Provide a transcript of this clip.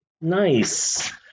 Nice